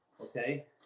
okay